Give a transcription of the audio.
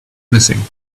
missing